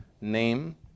NAME